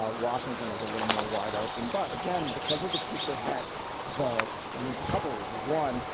ah washington is a little more wide open. but again, because of the people that the. i mean, for couple reasons. one,